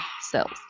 cells